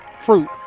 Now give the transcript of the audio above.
fruit